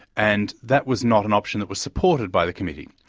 and that was not an option that was supported by the committee.